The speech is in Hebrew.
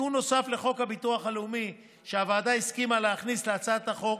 תיקון נוסף לחוק הביטוח הלאומי שהוועדה הסכימה להכניס להצעת החוק